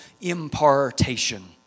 impartation